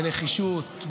בנחישות,